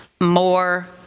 more